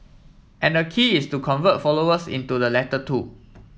and the key is to convert followers into the latter two